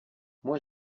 moi